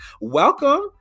welcome